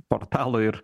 portalo ir